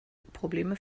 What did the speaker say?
probleme